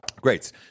Great